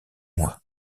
mois